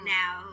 now